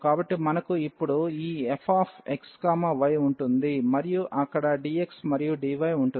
కాబట్టి మనకు ఇప్పుడు f x y ఉంటుంది మరియు అక్కడ dx మరియు dy ఉంటుంది